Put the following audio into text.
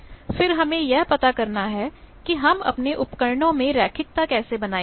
फिर हमें यह पता करना है कि हम अपने उपकरणों में रैखिकता कैसे बनाए रख रहे